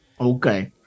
Okay